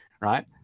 right